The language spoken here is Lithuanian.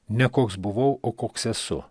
ne koks buvau o koks esu